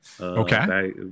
Okay